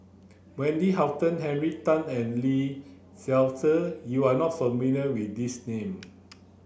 wendy Hutton Henry Tan and Lee Seow Ser you are not familiar with these name